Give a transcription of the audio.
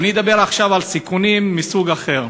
אני אדבר עכשיו על סיכונים מסוג אחר.